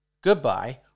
goodbye